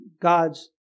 God's